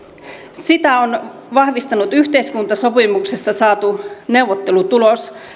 sitä on vahvistanut yhteiskuntasopimuksessa saatu neuvottelutulos